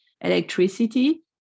electricity